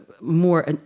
more